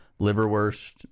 liverwurst